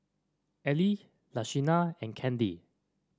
Arley Luciana and Candy